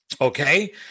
Okay